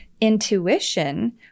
Intuition